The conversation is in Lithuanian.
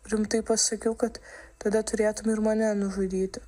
rimtai pasakiau kad tada turėtum ir mane nužudyti